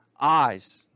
eyes